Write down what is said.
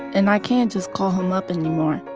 and i can't just call him up anymore,